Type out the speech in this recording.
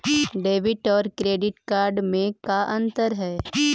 Debit और credit card में का अंतर है?